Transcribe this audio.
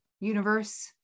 universe